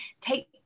take